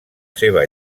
seva